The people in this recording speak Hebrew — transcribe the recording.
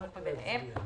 הנמוך מביניהם,